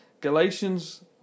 Galatians